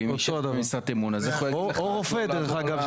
ואם זה במשרת אמון --- או רופא דרך אגב,